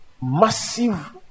massive